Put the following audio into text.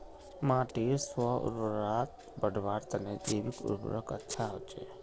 माटीर स्व उर्वरता बढ़वार तने जैविक उर्वरक अच्छा होचे